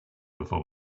before